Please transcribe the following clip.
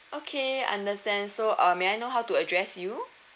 okay understand so uh may I know how to address you